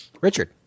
Richard